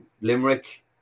Limerick